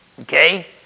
Okay